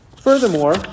Furthermore